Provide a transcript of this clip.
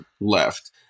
left